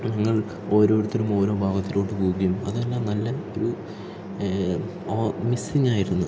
ഞങ്ങൾ ഓരോരുത്തരും ഓരോ ഭാഗത്തിലോട്ട് പോകുകയും അതെല്ലാം നല്ല ഒരു ആ മിസ്സിംഗ് ആയിരുന്നു